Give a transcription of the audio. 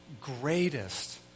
greatest